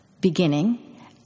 beginning